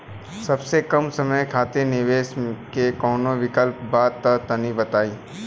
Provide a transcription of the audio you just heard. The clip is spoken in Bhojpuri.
सबसे कम समय खातिर निवेश के कौनो विकल्प बा त तनि बताई?